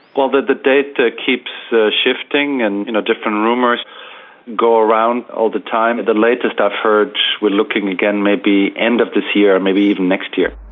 well, the the date keeps ah shifting, and you know different rumours go around all the time. and the latest i've heard we're looking again maybe end of this year, maybe even next year.